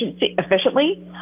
efficiently